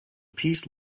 peace